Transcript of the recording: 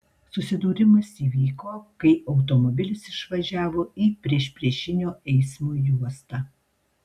susidūrimas įvyko kai automobilis išvažiavo į priešpriešinio eismo juostą